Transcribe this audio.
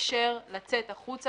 לאפשר לצאת החוצה